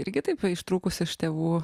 irgi taip ištrūkus iš tėvų